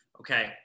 Okay